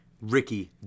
Ricky